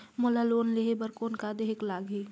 मोला लोन लेहे बर कौन का देहेक लगही?